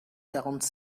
quarante